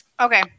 okay